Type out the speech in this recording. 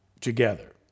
Together